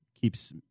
keeps